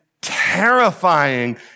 terrifying